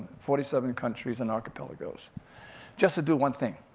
forty seven countries and archipelagos. just to do one thing,